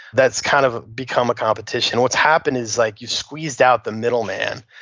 that's kind of become a competition what's happened is like you squeezed out the middle man,